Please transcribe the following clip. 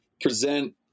present